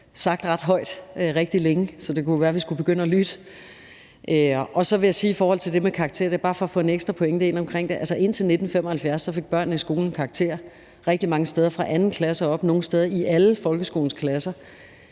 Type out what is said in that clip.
sagt ret højt rigtig længe, så det kunne jo være, vi skulle begynde at lytte. Så vil jeg sige i forhold til det med karakterer – og det er bare for at få en ekstra pointe ind omkring det – at indtil 1975 fik børnene i skolen karakterer, rigtig mange steder fra 2. klasse og op og nogle steder i alle folkeskolens klasser,